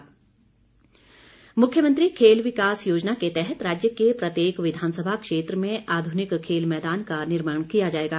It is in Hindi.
खेल मैदान मुख्यमंत्री खेल विकास योजना के तहत राज्य के प्रत्येक विधानसभा क्षेत्र में आध्निक खेल मैदान का निर्माण किया जाएगा